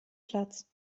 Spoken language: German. platz